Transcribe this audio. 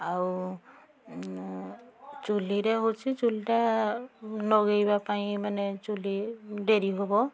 ଆଉ ଚୁଲିରେ ହେଉଛି ଚୁଲିଟା ଲଗାଇବା ପାଇଁ ମାନେ ଚୁଲି ଡେରି ହେବ